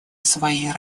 своей